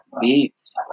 beats